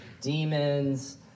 demons